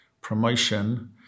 promotion